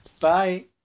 Bye